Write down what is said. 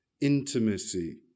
intimacy